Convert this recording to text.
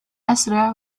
أسرع